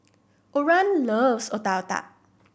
Oran loves Otak Otak